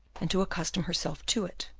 and to accustom herself to it.